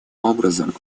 образом